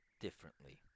differently